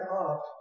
up